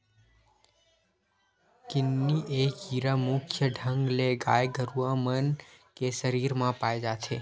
किन्नी ए कीरा मुख्य ढंग ले गाय गरुवा मन के सरीर म पाय जाथे